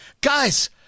Guys